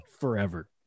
Forever